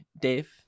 Dave